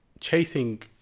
chasing